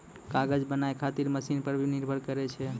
कागज बनाय खातीर मशिन पर निर्भर करै छै